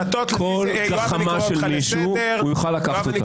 כל גחמה של מישהו, הוא יוכל לקחת אותה.